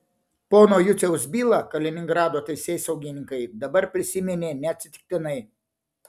pono juciaus bylą kaliningrado teisėsaugininkai dabar prisiminė neatsitiktinai